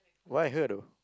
why her though